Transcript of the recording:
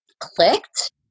clicked